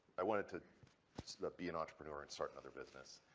i wanted to be an entrepreneur and start another business.